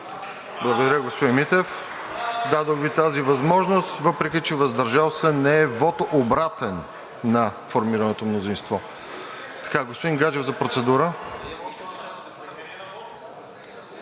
Благодаря, господин Митев. Дадох Ви тази възможност, въпреки че „въздържал се“ не е вот, обратен на формираното мнозинство. Господин Гаджев, за процедура